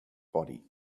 body